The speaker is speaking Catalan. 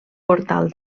portal